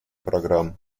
программ